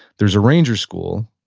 there's a ranger school,